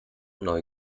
neu